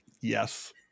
Yes